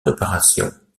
préparation